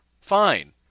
fine